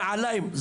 נעליים.